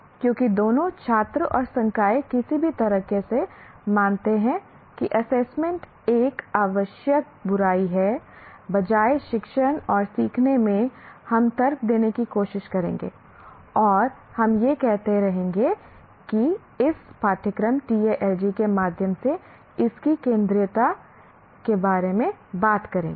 क्योंकि दोनों छात्र और संकाय किसी भी तरह से मानते हैं कि एसेसमेंट एक आवश्यक बुराई है बजाय शिक्षण और सीखने में हम तर्क देने की कोशिश करेंगे और हम यह कहते रहेंगे कि इस पाठ्यक्रम TALG के माध्यम से इसकी केंद्रीयता के बारे में बात करेंगे